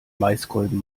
maiskolben